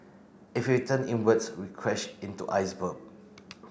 if we turn inwards we'll crash into iceberg